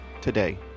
today